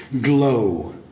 glow